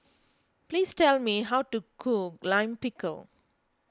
please tell me how to cook Lime Pickle